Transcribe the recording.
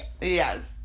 Yes